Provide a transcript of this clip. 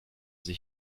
sich